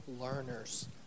learners